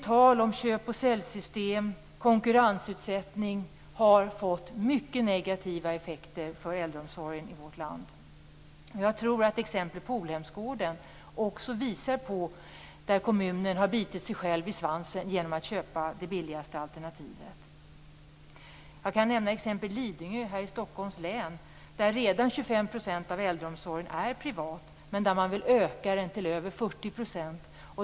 Talet om köp-och-sälj-system och konkurrensutsättning har fått mycket negativa effekter för äldreomsorgen i vårt land. Jag tror att exemplet med Polhemsgården visar på att kommunen har bitit sig själv i svansen genom att köpa det billigaste alternativet. Jag kan också nämna exemplet Lidingö här i Stockholms län. Där är redan 25 % av äldreomsorgen privat, men man vill att det skall vara över 40 %.